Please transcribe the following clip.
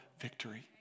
victory